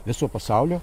viso pasaulio